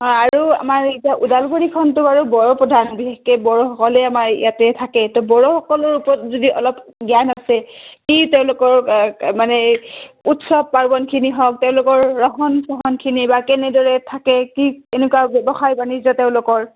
অঁ আৰু আমাৰ এতিয়া ওদালগুৰিখনটো বাৰু বড়ো প্ৰধান বিশেষকৈ বড়োসকলেই আমাৰ ইয়াতে থাকে তো বড়োসকলৰ ওপৰত যদি অলপ জ্ঞান আছে কি তেওঁলোকৰ মানে উৎসৱ পাৰ্বণখিনি হওক তেওঁলোকৰ ৰহন চহনখিনি বা কেনেদৰে থাকে কি কেনেকুৱা ব্যৱসায় বাণিজ্য তেওঁলোকৰ